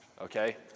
okay